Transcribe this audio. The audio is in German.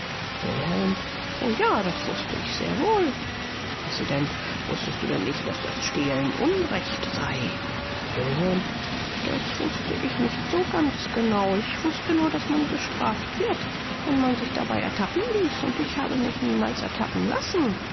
o ja das wußte ich sehr wohl präsident wußtest du denn nicht daß das stehlen unrecht sei wilhelm das wußte ich nicht so ganz genau ich wußte nur daß man gestraft wird wenn man sich dabei ertappen ließ und ich habe mich niemals ertappen lassen